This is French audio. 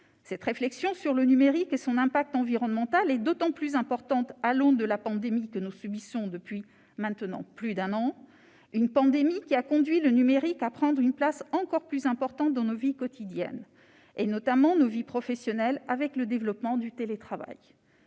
adopter sur cette question ? Cette réflexion est d'autant plus importante à l'aune de la pandémie que nous subissons depuis maintenant plus d'un an. Celle-ci a en effet conduit le numérique à prendre une place encore plus importante dans nos vies quotidiennes, et notamment nos vies professionnelles avec le développement du télétravail.